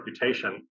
reputation